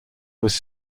was